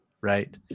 right